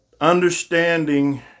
understanding